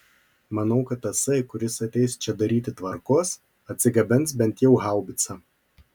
manau kad tasai kuris ateis čia daryti tvarkos atsigabens bent jau haubicą